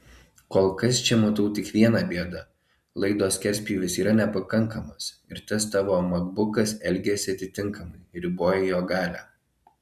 kol kas čia matau tik viena bėdą laido skerspjūvis yra nepakankamas ir tas tavo makbukas elgiasi atitinkamai riboja jo galią